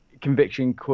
Conviction